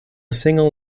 single